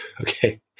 Okay